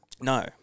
No